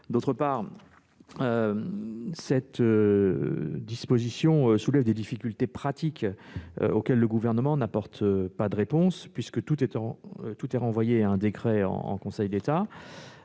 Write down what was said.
Ensuite, la disposition soulève des difficultés pratiques, auxquelles le Gouvernement n'apporte pas de réponse, puisque tout est renvoyé à un décret en Conseil d'État.